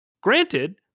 Granted